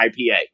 IPA